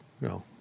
No